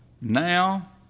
Now